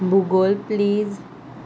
भुगोल प्लीज